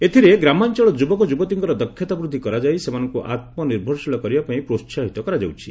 ଏଥିରେ ଗ୍ରାମାଞ୍ଞଳ ଯୁବକ ଯୁବତୀଙ୍କର ଦକ୍ଷତା ବୃଦ୍ଧି କରାଯାଇ ସେମାନଙ୍ଙୁ ଆତ୍କନିର୍ଭରଶୀଳ କରିବା ପାଇଁ ପ୍ରୋସାହିତ କରାଯାଉଛି